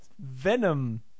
Venom